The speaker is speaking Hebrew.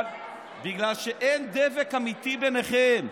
בגלל שאין דבק אמיתי ביניכם.